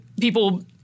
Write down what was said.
people